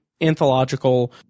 anthological